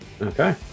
Okay